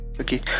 Okay